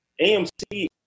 AMC